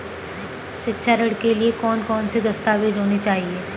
शिक्षा ऋण के लिए कौन कौन से दस्तावेज होने चाहिए?